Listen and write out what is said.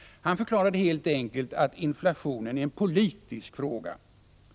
Han förklarade helt enkelt att inflationen är en politisk fråga.